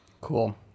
Cool